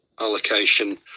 allocation